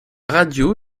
radio